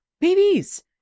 babies